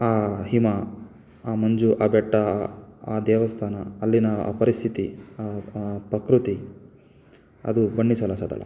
ಆ ಹಿಮ ಆ ಮಂಜು ಆ ಬೆಟ್ಟ ಆ ಆ ದೇವಸ್ಥಾನ ಅಲ್ಲಿನ ಆ ಪರಿಸ್ಥಿತಿ ಆ ಆ ಪ್ರಕೃತಿ ಅದು ಬಣ್ಣಿಸಲಸದಳ